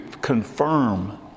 confirm